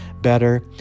better